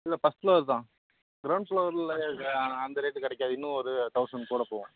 இல்லை first floor தான் ground ஃப்ளோரில் இருக்கா அந்த ரேட்டுக்கு கிடைக்காது இன்னும் ஒரு தௌசண்ட் கூட போவும்